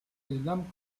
islam